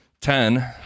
Ten